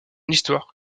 histoire